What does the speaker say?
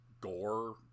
gore